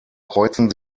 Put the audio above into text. kreuzen